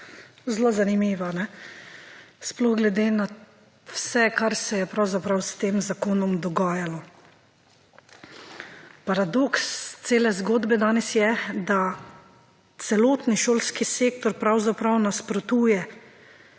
zelo zanimiva, sploh glede na vse kar se je pravzaprav s tem zakonom dogajalo. Paradoks cele zgodbe danes je, da celotni šolski sektor pravzaprav nasprotuje